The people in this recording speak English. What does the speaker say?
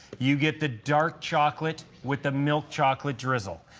you get the dark chocolate with the milk chocolate drizzled.